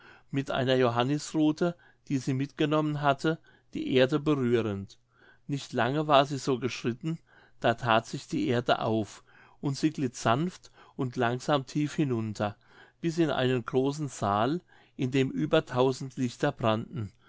mit einer johannisruthe die sie mitgenommen hatte die erde berührend nicht lange war sie so geschritten da that sich die erde auf und sie glitt sanft und langsam tief hinunter bis in einen großen saal in dem über tausend lichter brannten